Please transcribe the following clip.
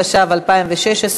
התשע"ו 2016,